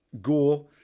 Gore